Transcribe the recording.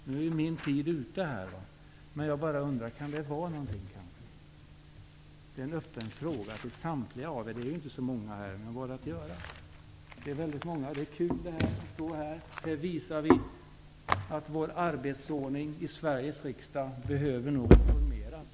Nu är min tid ute, men jag undrar: Kan det vara någonting kanske? Det är en öppen fråga till samtliga av er -- det är ju inte så många här. Vad är att göra? Det är kul att stå här. Det visar att vår arbetsordning i Sveriges riksdag nog behöver reformeras.